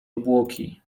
obłoki